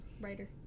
Writer